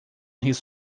his